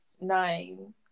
nine